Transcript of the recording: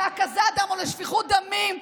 להקזת דם או לשפיכות דמים,